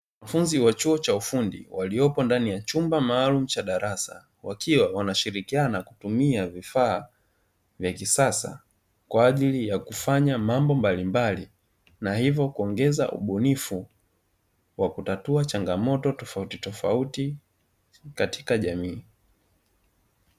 Wanafunzi wa chuo cha ufundi walioko ndani ya chumba maalum cha darasa wakiwa wanashirikiana kutumia vifaa vya kisasa, kwa ajili ya kufanya mambo mbalimbali na hivyo kuongeza ubunifu wa kutatua changamoto tofauti tofauti katika jamii.